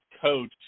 coach